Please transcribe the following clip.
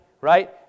right